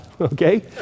okay